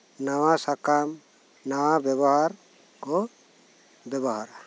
ᱱᱟᱣᱟ ᱥᱟᱠᱟᱢ ᱱᱟᱣᱟ ᱵᱮᱵᱚᱦᱟᱨ ᱠᱩ ᱵᱮᱵᱚᱦᱟᱨᱟ